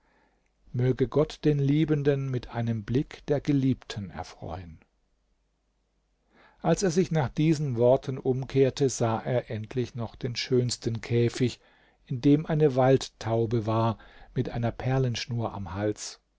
möge gott den liebenden mit einem blick der geliebten erfreuen als er sich nach diesen worten umkehrte sah er endlich noch den schönsten käfig in dem eine waldtaube war mit einer perlenschnur am hals